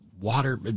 water